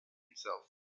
itself